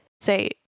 say